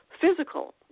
physical